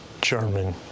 German